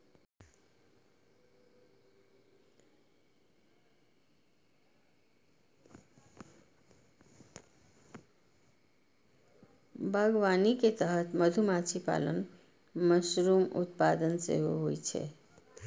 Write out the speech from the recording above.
बागवानी के तहत मधुमाछी पालन, मशरूम उत्पादन सेहो होइ छै